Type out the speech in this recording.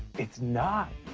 it's not.